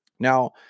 Now